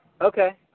Okay